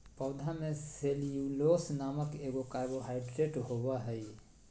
पौधा में सेल्यूलोस नामक एगो कार्बोहाइड्रेट होबो हइ